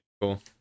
Cool